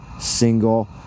single